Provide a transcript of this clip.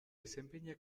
desempeña